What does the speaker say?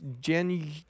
January